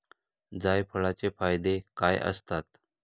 जायफळाचे फायदे काय असतात?